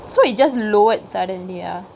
so you just lowered suddenly ah